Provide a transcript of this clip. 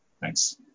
thanks